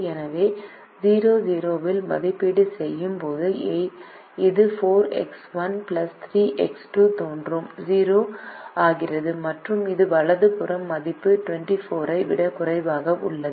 எனவே 00 இல் மதிப்பீடு செய்யும் போது இது 4X1 3X2 தோற்றம் 0 ஆகிறது மற்றும் இது வலது புற மதிப்பு 24 ஐ விட குறைவாக உள்ளது